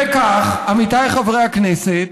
וכך, עמיתיי חברי הכנסת,